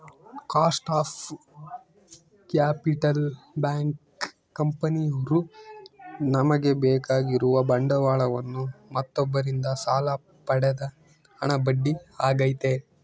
cost of capital bank, ಕಂಪನಿಯವ್ರು ತಮಗೆ ಬೇಕಾಗಿರುವ ಬಂಡವಾಳವನ್ನು ಮತ್ತೊಬ್ಬರಿಂದ ಸಾಲ ಪಡೆದ ಹಣ ಬಡ್ಡಿ ಆಗೈತೆ